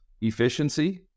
efficiency